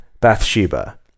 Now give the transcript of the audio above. Bathsheba